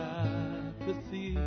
apathy